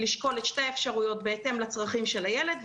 לשקול את שתי האפשרויות בהתאם לצרכים של הילד,